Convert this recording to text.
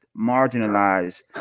marginalized